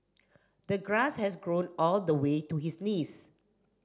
the grass has grown all the way to his knees